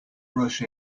rush